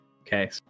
Okay